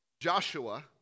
Joshua